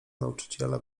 nauczyciela